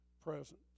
present